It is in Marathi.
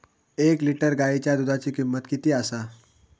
एक लिटर गायीच्या दुधाची किमंत किती आसा?